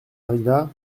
arriva